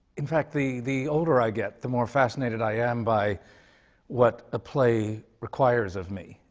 in fact, the the older i get, the more fascinated i am by what a play requires of me.